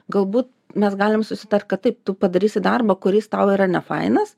galbūt mes galim susitart kad taip tu padarysi darbą kuris tau yra nefainas